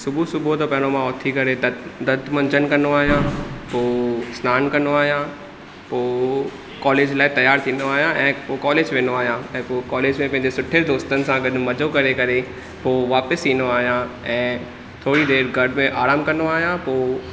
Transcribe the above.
सुबुहु सुबुहु त पहिरों मां उथी करे दंत दंत मंजनु कंदो आहियां पोइ सनानु कंदो आहियां पोइ कॉलेज लाइ तयार थींदो आहियां ऐं पोइ कॉलेज वेंदो आहियां ऐं पोइ कॉलेज में पंहिंजे सुठे दोस्तनि सां गॾु मज़ो करे करे पोइ वापसि ईंदो आहियां ऐं थोरी देर गॾु में आरामु कंदो आहियां पोइ